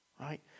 right